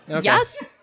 Yes